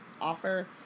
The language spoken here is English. offer